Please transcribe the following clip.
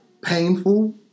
painful